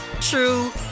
true